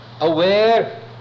aware